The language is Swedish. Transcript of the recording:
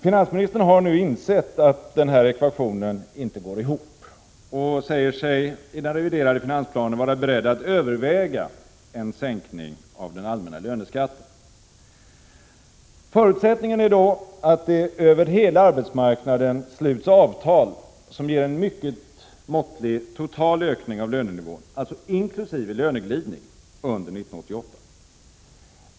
Finansministern har nu insett att den ekvationen inte går ihop och säger sig i den reviderade finansplanen vara beredd att överväga en sänkning av den allmänna löneskatten. Förutsättningen är då att det över hela arbetsmarknaden sluts avtal som ger en mycket måttlig total ökning av lönenivån, alltså inkl. löneglidning, under 1988.